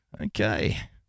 Okay